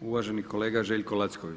uvaženi kolega Željko Lacković.